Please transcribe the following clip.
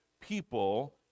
people